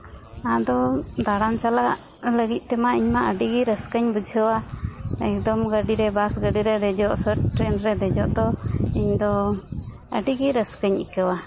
ᱟᱫᱚ ᱫᱟᱬᱟᱱ ᱪᱟᱞᱟᱜ ᱞᱟᱹᱜᱤᱫ ᱛᱮᱢᱟ ᱤᱧᱢᱟ ᱟᱹᱰᱤ ᱜᱮ ᱨᱟᱹᱥᱠᱟᱹᱧ ᱵᱩᱡᱷᱟᱹᱣᱟ ᱮᱠᱫᱚᱢ ᱜᱟᱹᱰᱤ ᱨᱮ ᱵᱟᱥ ᱜᱟᱹᱰᱤ ᱫᱮᱡᱚᱜ ᱥᱮ ᱴᱨᱮᱹᱱ ᱨᱮ ᱫᱮᱡᱚᱜ ᱫᱚ ᱤᱧ ᱫᱚ ᱟᱹᱰᱤ ᱜᱮ ᱨᱟᱹᱥᱠᱟᱹᱧ ᱟᱹᱭᱠᱟᱹᱣᱟ